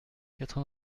quatre